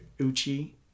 Uchi